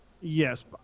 Yes